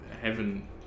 heaven